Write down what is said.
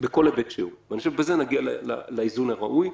בכל היבט שהוא, ואני חושב שבזה נגיע לאיזון הראוי.